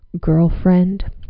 girlfriend